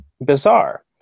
bizarre